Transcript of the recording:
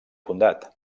fundat